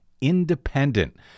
independent